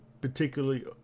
particularly